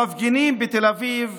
המפגינים בתל אביב